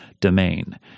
domain